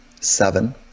seven